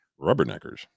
rubberneckers